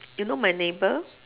you know my neighbour